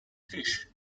fish